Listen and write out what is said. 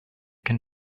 can